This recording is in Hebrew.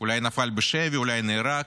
אולי נפל בשבי, אולי נהרג,